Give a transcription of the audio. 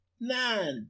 nine